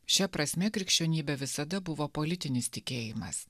šia prasme krikščionybė visada buvo politinis tikėjimas